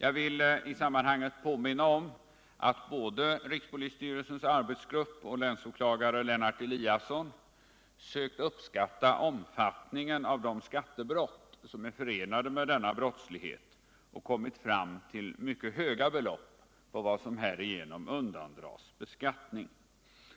Jag vill i sammanhanget dock påminna om att både rikspolisstyrelsens arbetsgrupp och länsåklagare Lennart Eliasson sökt uppskatta omfattningen av de skattebrott som är förenade med denna brottslighet — och kommit fram till mycket höga belopp på vad som härigenom undandras beskattning.